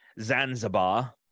Zanzibar